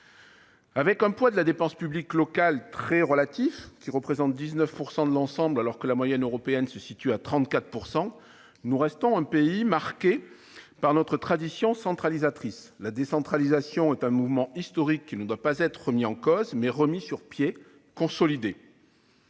Avec un poids relatif de la dépense publique locale très modéré- 19 % de l'ensemble, alors que la moyenne européenne se situe à 34 %-, nous restons un pays marqué par notre tradition centralisatrice. La décentralisation est un mouvement historique qui doit être non pas remis en cause, mais remis sur pied, consolidé.